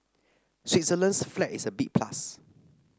Switzerland's flag is a big plus